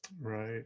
Right